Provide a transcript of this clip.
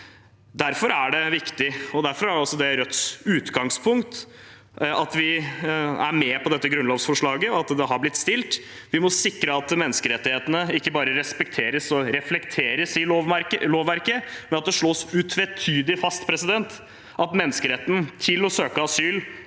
Derfor er det viktig. Derfor er også Rødts utgangspunkt at vi er med på dette grunnlovsforslaget, og at det har blitt fremmet. Vi må sikre at menneskerettighetene ikke bare respekteres og reflekteres i lovverket, men at det slås utvetydig fast at menneskeretten til å søke asyl